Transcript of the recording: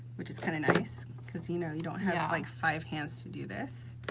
which is kind of nice cause, you know, you don't have yeah like five hands to do this.